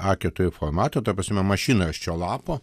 a keturi formato ta prasme mašinraščio lapo